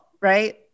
right